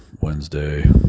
wednesday